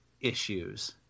issues